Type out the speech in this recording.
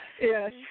Yes